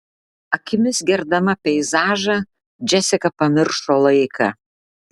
akimis gerdama peizažą džesika pamiršo laiką